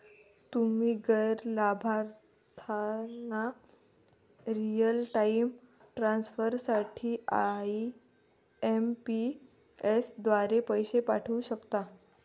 तुम्ही गैर लाभार्थ्यांना रिअल टाइम ट्रान्सफर साठी आई.एम.पी.एस द्वारे पैसे पाठवू शकता